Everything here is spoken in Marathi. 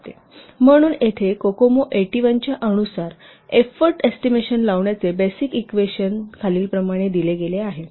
म्हणून येथे कोकोमो 81 च्या अनुसार एफोर्ट एस्टिमेशन लावण्याचे बेसिक इक्वेशन खालीलप्रमाणे दिले गेले आहे